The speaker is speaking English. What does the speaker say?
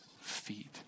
feet